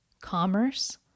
commerce